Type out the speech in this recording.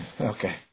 Okay